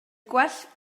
gwell